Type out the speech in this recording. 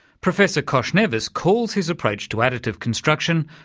professor koshnevis calls his approach to additive construction,